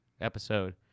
episode